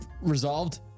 resolved